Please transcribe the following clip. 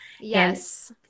yes